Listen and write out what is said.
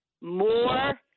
More